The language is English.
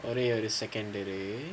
ஒரே ஒரு:orae oru second இரு:iru